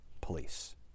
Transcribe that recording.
police